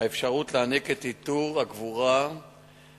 האפשרות להעניק את עיטור הגבורה ועיטור